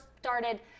started